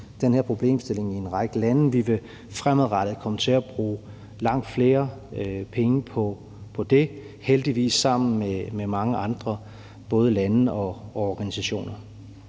den her problemstilling i en række lande. Vi vil fremadrettet komme til at bruge langt flere penge på det, heldigvis sammen med mange andre både lande og organisationer.